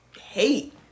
hate